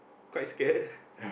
quite scared